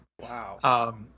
Wow